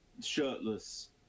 shirtless